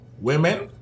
Women